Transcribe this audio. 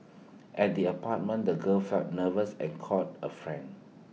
at the apartment the girl felt nervous and called A friend